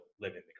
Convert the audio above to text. living